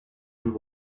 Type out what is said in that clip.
and